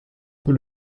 peu